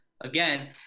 Again